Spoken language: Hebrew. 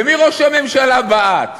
במי ראש הממשלה בעט?